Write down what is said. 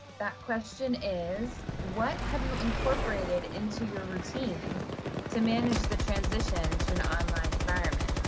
that question is, what have you incorporated into your routine to manage the transition to an online environment.